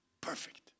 perfect